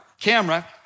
camera